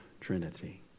Trinity